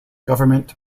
government